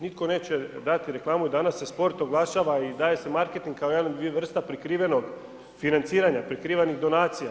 Nitko neće dati reklamu danas, se sport oglašava i daje se marketing kao jedan od dvije vrsta prikrivenog financiranja, prikrivenih donacija.